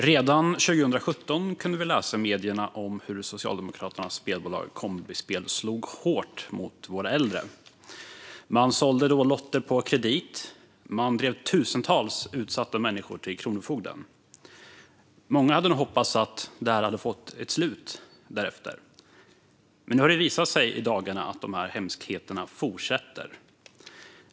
Fru talman! Redan 2017 kunde vi läsa i medierna om hur Socialdemokraternas spelbolag Kombispel slog hårt mot våra äldre. Man sålde då lotter på kredit. Man drev tusentals utsatta människor till kronofogden. Många hade nog hoppats att detta skulle få ett slut därefter. Men i dagarna har det visat sig att dessa hemskheter fortsätter.